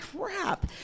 crap